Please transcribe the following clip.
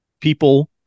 people